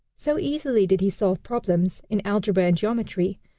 so easily did he solve problems in algebra and geometry,